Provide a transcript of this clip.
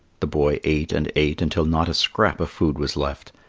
the boy ate and ate until not a scrap of food was left.